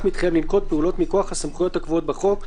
מתחייב לנקוט פעולות מכוח הסמכויות הקבועות בחוק,